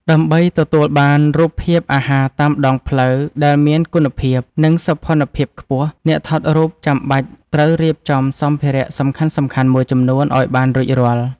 ដើម្បីទទួលបានរូបភាពអាហារតាមដងផ្លូវដែលមានគុណភាព និងសោភ័ណភាពខ្ពស់ អ្នកថតរូបចាំបាច់ត្រូវរៀបចំសម្ភារៈសំខាន់ៗមួយចំនួនឱ្យបានរួចរាល់។